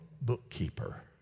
bookkeeper